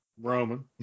Roman